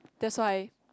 that's why